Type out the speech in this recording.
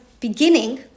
beginning